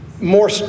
more